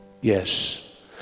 yes